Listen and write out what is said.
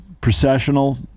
processional